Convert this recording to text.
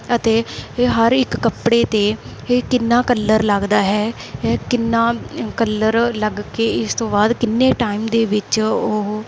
ਅਤੇ ਇਹ ਹਰ ਇੱਕ ਕੱਪੜੇ 'ਤੇ ਹੈ ਕਿੰਨਾ ਕੱਲਰ ਲੱਗਦਾ ਹੈ ਹੈ ਕਿੰਨਾ ਕੱਲਰ ਲੱਗ ਕੇ ਇਸ ਤੋਂ ਬਾਅਦ ਕਿੰਨੇ ਟਾਈਮ ਦੇ ਵਿੱਚ ਉਹ